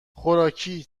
خوراکی